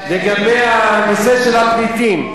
לגבי הנושא של הפליטים,